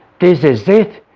this is it!